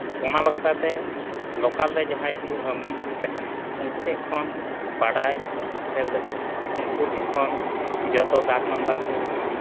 ᱚᱱᱟ ᱵᱟᱠᱷᱨᱟ ᱛᱮ ᱞᱚᱠᱟᱞ ᱨᱮ ᱡᱟᱦᱟᱸᱭ ᱠᱚ ᱟᱹᱢᱤᱱ ᱠᱚ ᱛᱟᱦᱮᱱᱟ ᱩᱱᱠᱩ ᱴᱷᱮᱱ ᱠᱷᱚᱱ ᱵᱟᱰᱟᱭ ᱥᱮ ᱩᱱᱠᱩ ᱴᱷᱮᱱ ᱠᱷᱚᱱ ᱡᱚᱛᱚ ᱫᱟᱜᱽ ᱱᱟᱢᱵᱟᱨ ᱠᱚ